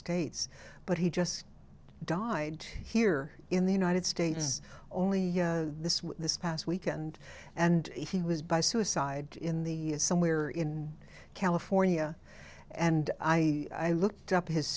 states but he just died here in the united states only this this past weekend and he was by suicide in the somewhere in california and i looked up his